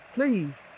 Please